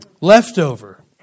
Leftover